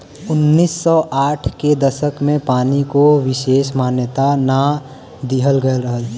उन्नीस सौ साठ के दसक में पानी को विसेस मान्यता ना दिहल गयल रहल